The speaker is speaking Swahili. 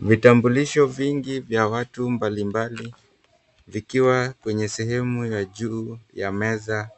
Vitambulisho vingi vya watu mbalimbali vikiwa kwenye sehemu ya juu ya meza